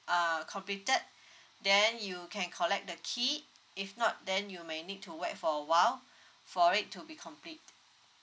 uh completed then you can collect the key if not then you may need to wait for awhile for it to be complete